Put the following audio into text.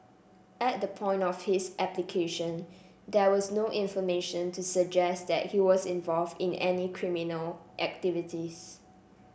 at the point of his application there was no information to suggest that he was involved in any criminal activities